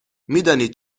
میدانید